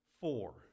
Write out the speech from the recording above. four